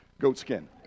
goatskin